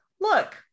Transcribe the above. look